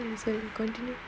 so you continue